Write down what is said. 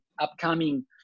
upcoming